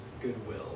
goodwill